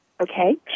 Okay